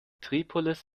tripolis